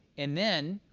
and then